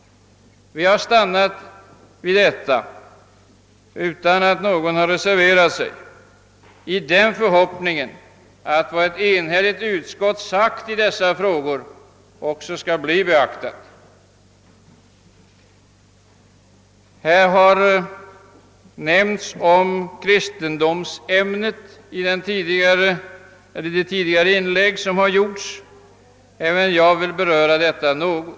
Vi har stannat vid detta utan att någon har reserverat sig i den förhoppningen att vad ett enhälligt utskott sagt i dessa frågor också skall bli beaktat. I de tidigare inläggen har man diskuterat kristendomsämnet. Även jag vill beröra detta något.